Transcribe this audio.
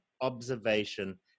observation